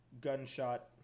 gunshot